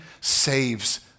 saves